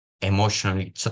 emotionally